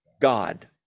God